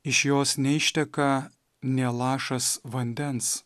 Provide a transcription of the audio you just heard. iš jos neišteka nė lašas vandens